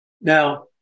Now